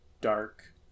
dark